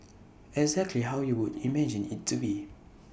exactly how you would imagine IT to be